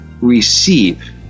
receive